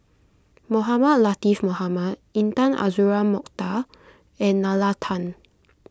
Mohamed Latiff Mohamed Intan Azura Mokhtar and Nalla Tan